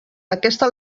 aquesta